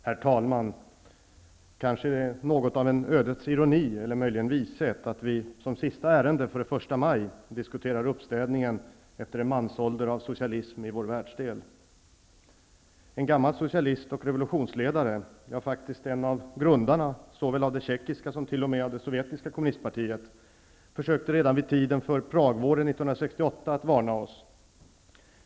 Herr talman! Kanske är det något av en ödets ironi, eller möjligen vishet, att vi som sista ärende före första maj diskuterar uppstädningen efter en mansålder av socialism i vår världsdel. En gammal socialist och revolutionsledare, ja, faktiskt en av grundarna av såväl det tjeckiska som t.o.m. det sovjetiska kommunistpartiet, försökte redan vid tiden för Pragvåren 1968 varna oss.